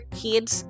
kids